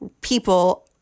people